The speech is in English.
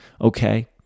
okay